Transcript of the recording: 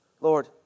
Lord